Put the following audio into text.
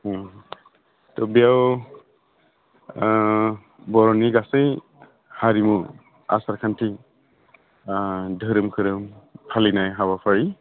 त' बेयाव बर'नि गासै हारिमु आसार खान्थि धोरोम खोरोम फालिनाय हाबाफारि